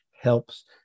helps